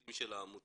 עובדים של העמותה